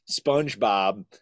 SpongeBob